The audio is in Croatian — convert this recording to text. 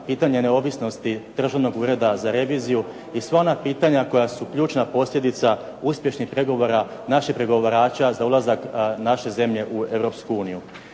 pitanje neovisnosti Državnog ureda za reviziju i sva ona pitanja koja su ključna posljedica uspješnih pregovora naših pregovarača za ulazak naše zemlje u